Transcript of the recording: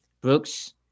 Brooks